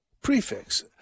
prefix